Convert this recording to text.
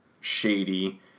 shady